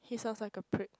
he sounds like a prick